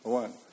one